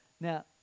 Now